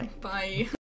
Bye